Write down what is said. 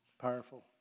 Powerful